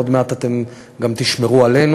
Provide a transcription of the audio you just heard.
עוד מעט אתם גם תשמרו עלינו,